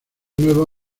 nuevo